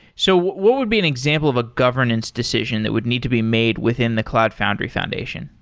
so what would be an example of a governance decision that would need to be made within the cloud foundry foundation?